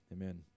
Amen